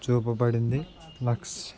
చూపబడింది లక్స్